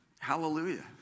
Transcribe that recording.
Hallelujah